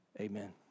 Amen